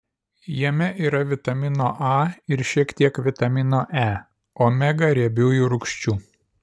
jame yra vitamino a ir šiek tiek vitamino e omega riebiųjų rūgščių